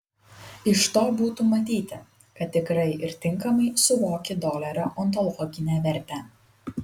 iš to būtų matyti kad tikrai ir tinkamai suvoki dolerio ontologinę vertę